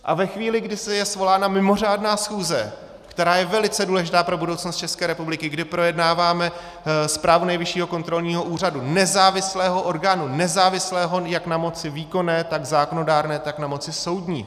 A ve chvíli, kdy je svolána mimořádná schůze, která je velice důležitá pro budoucnost České republiky, kdy projednáváme zprávu Nejvyššího kontrolního úřadu, nezávislého orgánu, nezávislého jak na moci výkonné, tak na moci zákonodárné, tak na moci soudní.